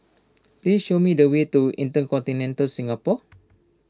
please show me the way to Intercontinental Singapore